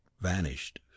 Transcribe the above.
vanished